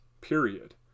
period